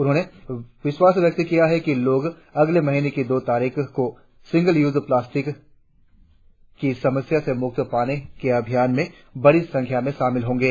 उन्होंने विश्वास व्यक्त किया कि लोग अगले महीने की दो तारीख को सिंगल यूज प्लास्टिक की समस्या से मुक्ति पाने के अभियान में बड़ी संख्या में शामिल होंगे